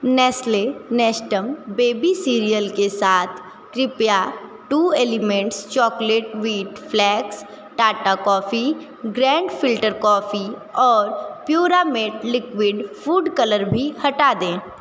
Nestle Nestum baby cereal के साथ कृपया two elements chocolate wheat flakes Tata coffee grand filter coffee और Puramate liquid food colour भी हटा दें